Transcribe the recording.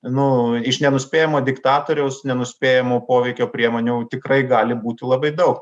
nu iš nenuspėjamo diktatoriaus nenuspėjamų poveikio priemonių tikrai gali būti labai daug